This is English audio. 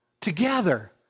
together